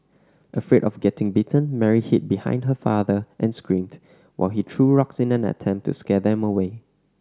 afraid of getting bitten Mary hid behind her father and screamed while he threw rocks in an attempt to scare them away